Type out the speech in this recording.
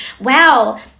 wow